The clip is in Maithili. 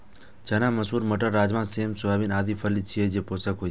चना, मसूर, मटर, राजमा, सेम, सोयाबीन आदि फली छियै, जे पोषक होइ छै